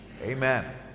amen